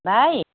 भाइ